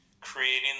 creating